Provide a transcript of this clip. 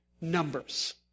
numbers